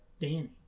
Danny